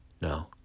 No